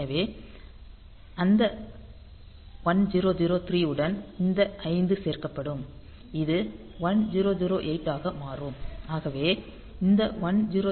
எனவே அந்த 1003 உடன் இந்த 5 சேர்க்கப்படும் இது 1008 ஆக மாறும்